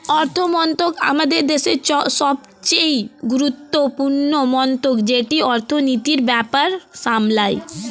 অর্থমন্ত্রক আমাদের দেশের সবচেয়ে গুরুত্বপূর্ণ মন্ত্রক যেটি অর্থনীতির ব্যাপার সামলায়